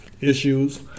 issues